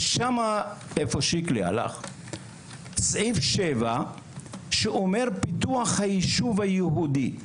יש שם סעיף 7 שאומר פיתוח היישוב היהודי,